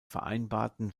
vereinbarten